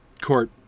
court